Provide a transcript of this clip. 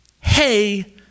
hey